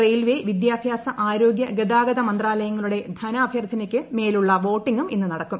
railway വിദ്യാഭ്യാസ ആരോഗ്യ ഗതാഗത മന്ത്രാലയങ്ങളുട്ട് ധനാഭ്യർത്ഥനയ്ക്ക് മേലുള്ള വോട്ടിങ്ങും ഇന്ന് നടക്കും